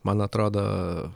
man atrodo